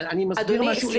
אני מסביר משהו.